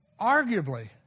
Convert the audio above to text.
arguably